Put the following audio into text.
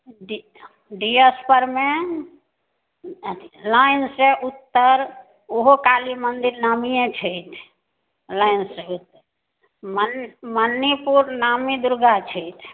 D डीएस परमे line से उत्तर ओहो काली मन्दिर नामिए छै लाइन सहित मन मणिपुर नामी दुर्गा छथि